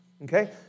Okay